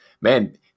man